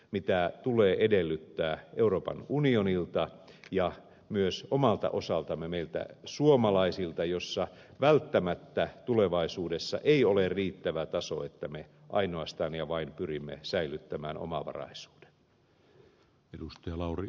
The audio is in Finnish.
sitä tulee edellyttää euroopan unionilta ja myös omalta osaltamme meiltä suomalaisilta jolloin välttämättä tulevaisuudessa ei ole riittävä taso se että me ainoastaan ja vain pyrimme säilyttämään omavaraisuuden